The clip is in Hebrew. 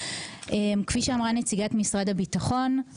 כפי שאמרה נציגת משרד הביטחון,